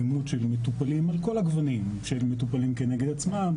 אלימות של מטופלים על כל הגוונים - מטופלים כנגד עצמם,